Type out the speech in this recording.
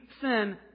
sin